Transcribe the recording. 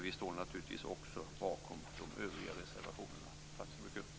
Vi står naturligtvis också bakom våra övriga reservationer.